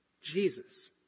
Jesus